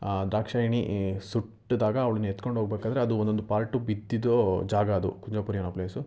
ದಾಕ್ಷಾಯಿಣಿ ಸುಟ್ಟಿದಾಗ ಅವ್ಳ್ನ ಎತ್ಕೊಂಡು ಹೋಗಬೇಕಾದ್ರೆ ಅದು ಒಂದೊಂದು ಪಾರ್ಟು ಬಿದ್ದಿದ್ದು ಜಾಗ ಅದು ಕುಂಜಾಪುರಿ ಅನ್ನೋ ಪ್ಲೇಸು